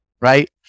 right